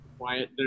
quiet